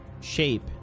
shape